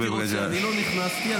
לא נכנסתי,